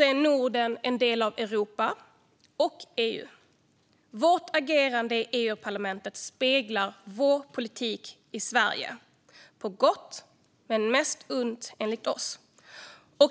är Norden en del av Europa och EU. Sveriges agerande i EU-parlamentet speglar politiken i Sverige - delvis på gott men mest på ont, enligt Sverigedemokraterna.